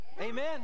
amen